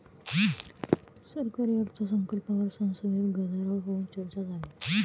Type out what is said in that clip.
सरकारी अर्थसंकल्पावर संसदेत गदारोळ होऊन चर्चा झाली